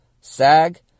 sag